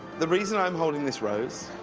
the reason i'm holding this rose